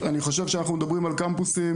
אני חושב שאנחנו מדברים על קמפוסים